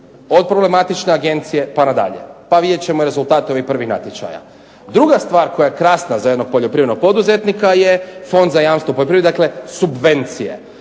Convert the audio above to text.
od problematične agencije pa nadalje. Pa vidjet ćemo rezultate ovih prvih natječaja. Druga stvar koja je krasna za jednog poljoprivrednog poduzetnika je Fond za jamstvo u poljoprivredi, dakle subvencije.